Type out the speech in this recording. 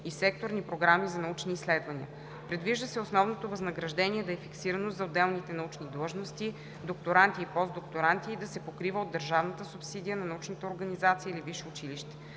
и секторни програми за научни изследвания. Предвижда се основното възнаграждение да е фиксирано за отделните научни длъжности, докторанти и постдокторанти и да се покрива от държавната субсидия на научната организация или висше училище.